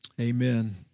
Amen